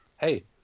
Hey